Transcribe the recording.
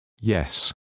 yes